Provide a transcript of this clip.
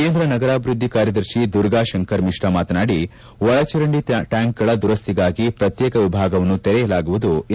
ಕೇಂದ್ರ ನಗರಾಭಿವೃದ್ದಿ ಕಾರ್ಯದರ್ಶಿ ದುರ್ಗಾತಂಕರ್ ಮಿಶ್ರು ಮಾತನಾಡಿ ಒಳಚರಂಡಿ ಟ್ಲಾಂಕ್ಗಳ ದುರಸ್ತಿಗಾಗಿ ಪ್ರತ್ನೇಕ ವಿಭಾಗವನ್ನು ತೆರೆಯಲಾಗುವುದು ಎಂದು